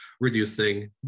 reducing